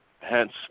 hence